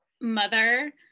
mother